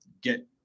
get –